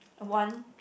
one